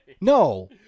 No